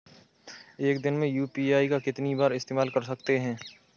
एक दिन में यू.पी.आई का कितनी बार इस्तेमाल कर सकते हैं?